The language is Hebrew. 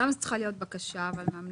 למה זה צריכה להיות בקשה מהמנהל,